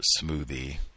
smoothie